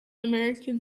american